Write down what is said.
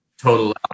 total